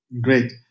great